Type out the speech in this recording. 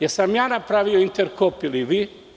Jesam li ja napravio „Interkop“ ili vi?